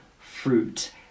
fruit